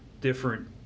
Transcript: different